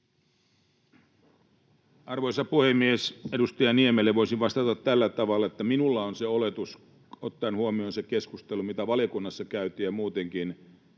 Arvoisa puhemies! Edustaja Niemelle voisin vastata tällä tavalla, että minulla on se oletus, ottaen huomioon sen keskustelun, mitä valiokunnassa käytiin ja muutenkin,